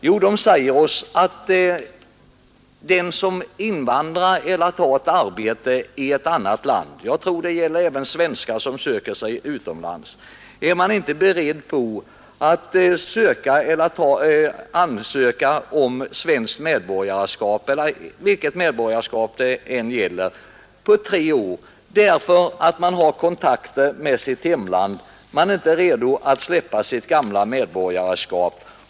Jo, de säger oss att de som invandrar eller tar ett arbete i ett annat land — jag tror detta gäller även svenskar som söker sig utomlands — inte är beredda att ansöka om nytt medborgarskap efter tre år, därför att de har kontakter med sitt hemland; de är inte redo att släppa sitt gamla medborgarskap.